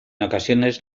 ocasiones